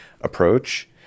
approach